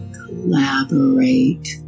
collaborate